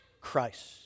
Christ